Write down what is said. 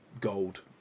gold